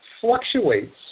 fluctuates